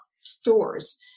stores